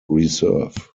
reserve